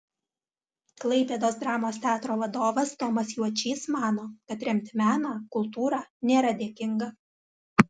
klaipėdos dramos teatro vadovas tomas juočys mano kad remti meną kultūrą nėra dėkinga